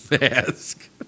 mask